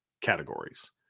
categories